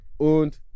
und